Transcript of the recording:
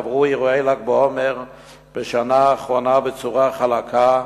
עברו אירועי ל"ג בעומר בשנה האחרונה בצורה חלקה,